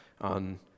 on